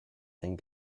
and